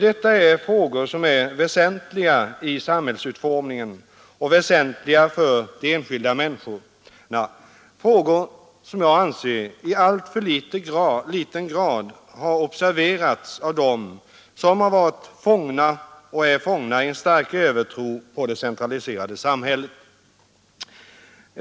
Det här är frågor som är väsentliga i samhällsutformningen och väsentliga för de enskilda människorna, frågor som jag anser i alltför liten grad har observerats av dem som har varit och är fångna i en stark övertro på det centraliserade samhället.